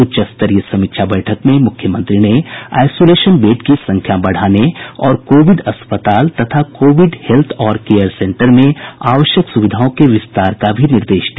उच्च स्तरीय समीक्षा बैठक में मुख्यमंत्री ने आईसोलेशन बेड की संख्या बढ़ाने और कोविड अस्पताल तथा कोविड हेल्थ और केयर सेंटर में आवश्यक सुविधाओं के विस्तार का भी निर्देश दिया